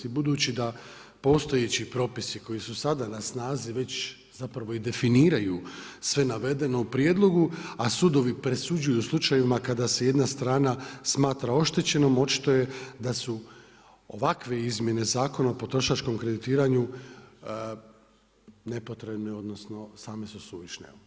I budući da postojeći propisi koji su sada na snazi, već zapravo i definiraju sve navedeno u prijedlogu, a sudovi presuđuju u slučajevima, kada se jedna strana smatra oštećeno, očito je da su ovakve izmjene Zakona o potrošačkom kreditiranju nepotrebne, odnosno, same su suvišne.